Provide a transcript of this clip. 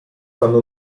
fanno